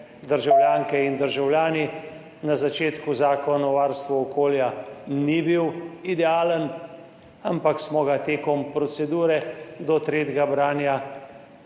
državljanke in državljani. Na začetku Zakon o varstvu okolja ni bil idealen, ampak smo ga med proceduro do tretjega branja